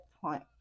point